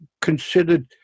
considered